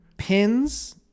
Pins